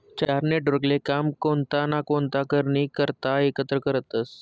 चार नेटवर्कले कायम कोणता ना कोणता कारणनी करता एकत्र करतसं